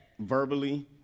verbally